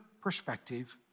perspective